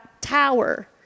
Tower